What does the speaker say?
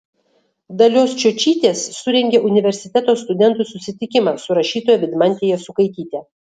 dalios čiočytės surengė universiteto studentų susitikimą su rašytoja vidmante jasukaityte